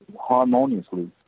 harmoniously